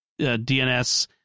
DNS